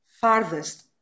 farthest